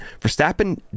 Verstappen